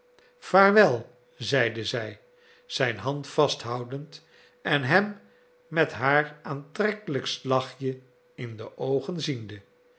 vaarwel zeide zij zijn hand vasthoudend en hem met haar aantrekkelijkst lachje in de oogen ziende